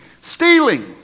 Stealing